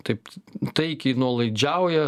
taip taikiai nuolaidžiauja